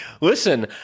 Listen